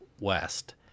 West